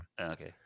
Okay